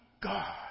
God